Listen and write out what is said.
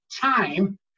time